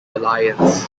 alliance